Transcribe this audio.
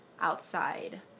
outside